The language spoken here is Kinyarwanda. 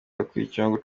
bakurikiranyweho